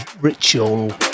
Ritual